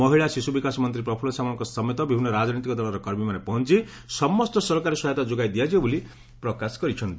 ମହିଳା ଶିଶୁ ବିକାଶ ମନ୍ତୀ ପ୍ରପୁଲ୍ଲ ସାମଲଙ୍କ ସମେତ ବିଭିନ୍ତ ରାଜନୈତିକ ଦଳର କର୍ମୀମାନେ ପହଞ୍ ସମସ୍ତ ସରକାରୀ ସହାୟତା ଯୋଗାଇ ଦିଆଯିବ ବୋଲି ପ୍ରକାଶ କରିଛନ୍ତି